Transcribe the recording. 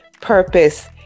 purpose